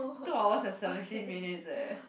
two hours and seventeen minutes leh